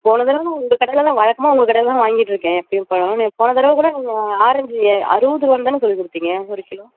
போன தடவை நான் உங்கள் கடையில் தான் வழக்கமாக உங்கள் கடையில் தான் வாங்கிகிட்ருக்கேன் எப்பேயும் பழம் போன தடவ கூட நீங்கள் ஆரஞ்சு அறுபது ரூபான் தானே சொல்லி கொடுத்தீங்க ஒரு கிலோ